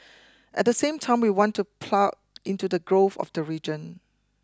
at the same time we want to plug into the growth of the region